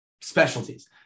specialties